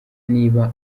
niba